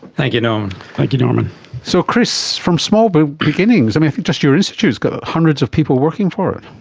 you know like you know and so chris, from small but beginnings, um i think just your institute has got hundreds of people working for